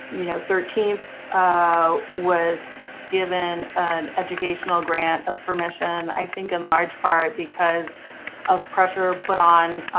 you know, thirteenth was given an educational grant of permission i think in large part because of pressure put on